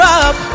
up